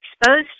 exposed